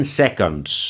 seconds